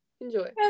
Enjoy